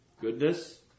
Goodness